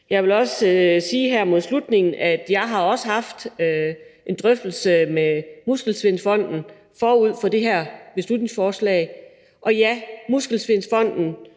Jeg vil også her mod slutningen sige, at jeg også har haft en drøftelse med Muskelsvindfonden forud for det her beslutningsforslag, og ja, Muskelsvindfonden